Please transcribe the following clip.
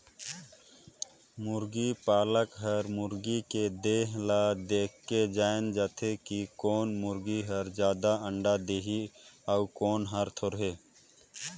मुरगी पालक हर मुरगी के देह ल देखके जायन दारथे कि कोन मुरगी हर जादा अंडा देहि अउ कोन हर थोरहें